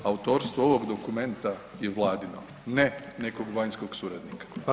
Autorstvo ovog dokumenta je Vladino, ne nekog vanjskog suradnika.